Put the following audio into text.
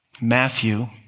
Matthew